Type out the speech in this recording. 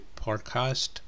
Podcast